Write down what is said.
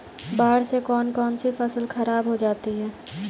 बाढ़ से कौन कौन सी फसल खराब हो जाती है?